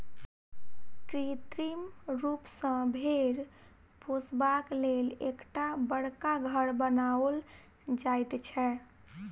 कृत्रिम रूप सॅ भेंड़ पोसबाक लेल एकटा बड़का घर बनाओल जाइत छै